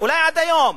אולי עד היום,